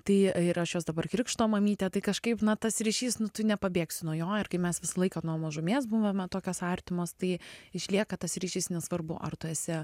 tai ir aš jos dabar krikšto mamytė tai kažkaip na tas ryšys nu tu nepabėgsi nuo jo ir kai mes visą laiką nuo mažumės buvome tokios artimos tai išlieka tas ryšys nesvarbu ar tu esi